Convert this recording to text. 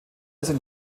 sind